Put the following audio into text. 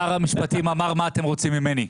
שר המשפטים אמר מה אתם רוצים ממני.